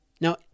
Now